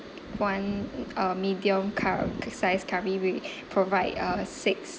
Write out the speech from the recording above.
one uh medium cur~ size curry we provide uh six